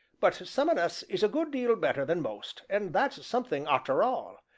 but some on us is a good deal better than most and that's something arter all.